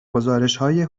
گزارشهای